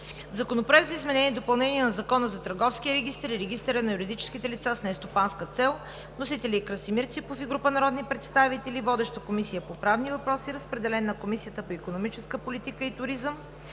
Законопроект за изменение и допълнение на Закона за Търговския регистър и регистъра на юридическите лица с нестопанска цел. Вносители са Красимир Ципов и група народни представители. Водеща е Комисията по правни въпроси. Разпределен е на Комисията по икономическа политика и туризъм,